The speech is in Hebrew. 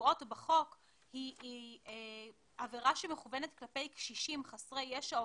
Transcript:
הקבועות בחוק היא עבירה שמכוונת כלפי קשישים חסרי ישע או